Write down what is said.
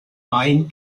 main